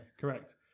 Correct